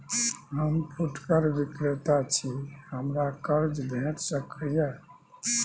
हम फुटकर विक्रेता छी, हमरा कर्ज भेट सकै ये?